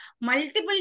multiple